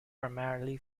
primarily